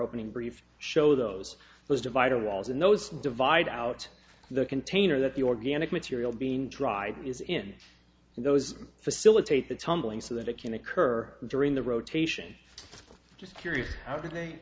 opening brief show those those divided walls and those divide out the container that the organic material being dry is in those facilitate the tumbling so that it can occur during the rotation just curious how